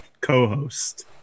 co-host